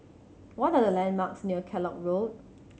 what are the landmarks near Kellock Road